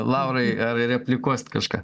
laurai ar replikuosit kažką